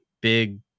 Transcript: big